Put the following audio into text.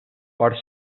per